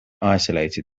isolated